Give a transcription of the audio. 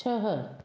छह